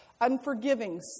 unforgiving